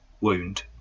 wound